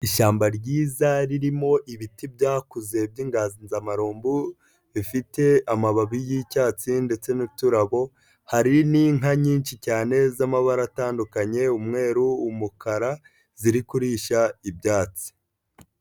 Ishyamba ryiza ririmo ibiti byakuze by'inganzamarumbu bifite amababi yi'icyatsi ndetse n'uturabo, hari n'inka nyinshi cyane z'amabara atandukanye umweru, umukara ziri kurisha ibyatsi.